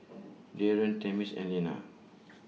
Darrion Tamia's and Lenna